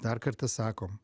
dar kartą sakom